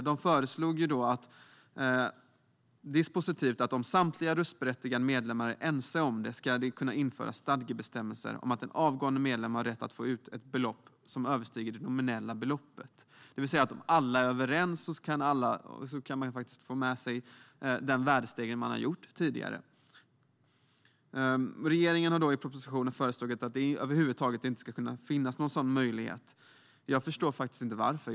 Där föreslogs dispositivt att om samtliga röstberättigade medlemmar är ense om det ska det kunna införas stadgebestämmelser om att en avgående medlem har rätt att få ut ett belopp som överstiger det nominella beloppet, det vill säga att om alla är överens kan man faktiskt få med sig den värdestegring som man tidigare har haft. Regeringen har i propositionen föreslagit att det över huvud taget inte ska finnas någon sådan möjlighet. Jag förstår faktiskt inte varför.